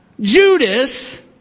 Judas